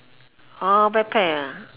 orh backpack ah